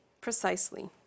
Precisely